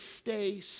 stay